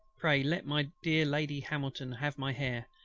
pray let my dear lady hamilton have my hair,